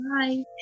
Bye